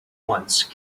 once